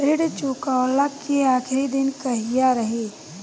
ऋण चुकव्ला के आखिरी दिन कहिया रही?